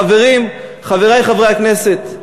חברים, חברי חברי הכנסת,